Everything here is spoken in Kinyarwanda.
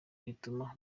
rituma